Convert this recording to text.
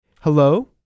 hello